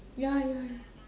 ya ya ya